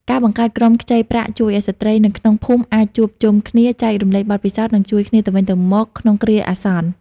ការបង្កើតក្រុមខ្ចីប្រាក់ជួយឱ្យស្ត្រីនៅក្នុងភូមិអាចជួបជុំគ្នា ចែករំលែកបទពិសោធន៍ និងជួយគ្នាទៅវិញទៅមកក្នុងគ្រាអាសន្ន។